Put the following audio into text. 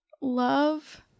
Love